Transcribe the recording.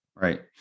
Right